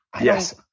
Yes